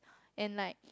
and like